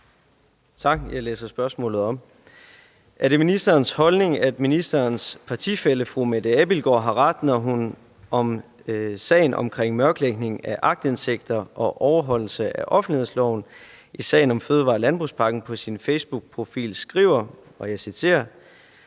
Rabjerg Madsen (S)): Er det ministerens holdning, at ministerens partifælle Mette Abildgaard har ret, når hun om sagen omkring mørklægning af aktindsigter og overholdelse af offentlighedsloven i sagen om fødevare- og landbrugspakken på sin facebookprofil skriver »når man har